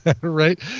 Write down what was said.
Right